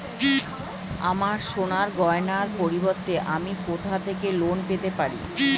আমার সোনার গয়নার পরিবর্তে আমি কোথা থেকে লোন পেতে পারি?